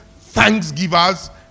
thanksgivers